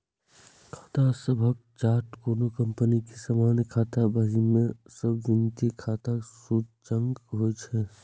खाता सभक चार्ट कोनो कंपनी के सामान्य खाता बही मे सब वित्तीय खाताक सूचकांक होइ छै